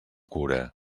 cura